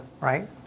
right